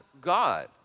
God